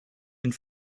and